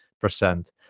percent